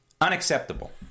unacceptable